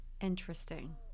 Interesting